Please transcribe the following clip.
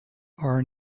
are